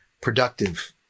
productive